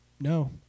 no